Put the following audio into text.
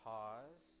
Pause